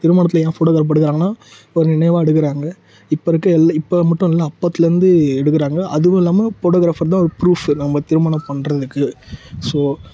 திருமணத்தில் ஏன் ஃபோட்டோக்கிராப் எடுக்கிறாங்கன்னா ஒரு நினைவாக எடுக்கறாங்க இப்போ இருக்க எல்லா இப்போ மட்டும் இல்லை அப்போத்துலேருந்து எடுக்கறாங்க அதுவுல்லாமல் போட்டோகிராஃபர் தான் ப்ரூஃபு நம்ப திருமணம் பண்ணுறதுக்கு ஸோ